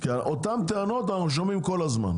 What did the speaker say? כי אותם טענות אנחנו שומעים כל הזמן,